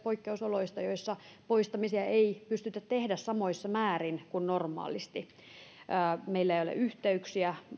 poikkeusoloista joissa poistamisia ei pystytä tekemään samoissa määrin kuin normaalisti meillä ei ole yhteyksiä